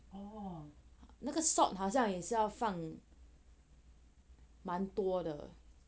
那个 salt 好像也效放蛮多的